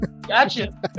Gotcha